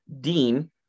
Dean